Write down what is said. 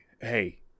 hey